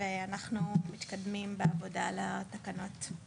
ואנחנו מתקדמים בעבודה על התקנות.